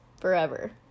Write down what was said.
forever